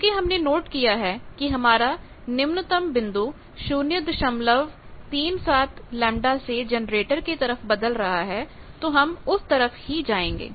क्योंकि हमने नोट किया है की हमारा निम्नतम बिंदु 037 λ से जनरेटर की तरफ बदल रहा है तो हम उस तरफ ही जाएंगे